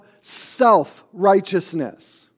self-righteousness